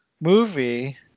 movie